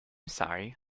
sorry